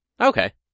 Okay